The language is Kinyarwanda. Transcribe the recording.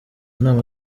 nama